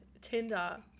Tinder